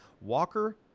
Walker